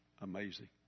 Amazing